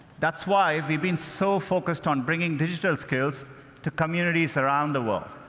that's why we've been so focused on bringing digital skills to communities around the world.